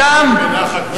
דברי חכמים בנחת נשמעים.